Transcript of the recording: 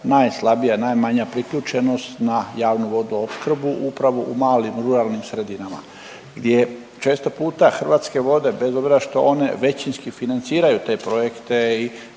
najslabija, najmanja priključenost na javnu vodoopskrbu upravo u malim ruralnim sredinama gdje često puta Hrvatske vode bez obzira što one većinski financiraju te projekte